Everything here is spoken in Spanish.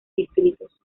distritos